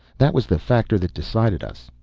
that was the factor that decided us.